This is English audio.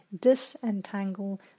disentangle